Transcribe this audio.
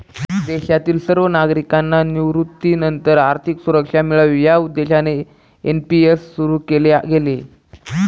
देशातील सर्व नागरिकांना निवृत्तीनंतर आर्थिक सुरक्षा मिळावी या उद्देशाने एन.पी.एस सुरु केले गेले